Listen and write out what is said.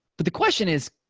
but the question is,